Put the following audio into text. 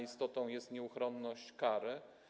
Istotą jest nieuchronność kary.